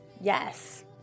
yes